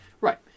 right